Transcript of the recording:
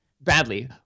badly